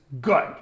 good